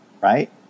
Right